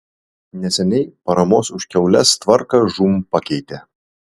neseniai paramos už kiaules tvarką žūm pakeitė